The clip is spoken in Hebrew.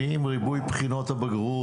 האם ריבוי בחינות הבגרות